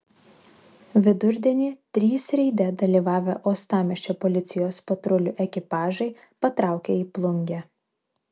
vidurdienį trys reide dalyvavę uostamiesčio policijos patrulių ekipažai patraukė į plungę